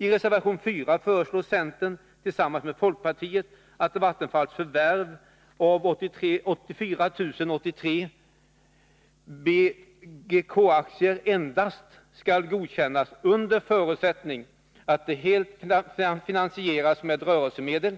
I reservation 4 föreslår centern tillsammans med folkpartiet att Vattenfalls förvärv av 84 083 BGK-aktier skall godkännas endast under förutsättning att det helt finansieras med rörelsemedel